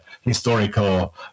historical